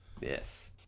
Yes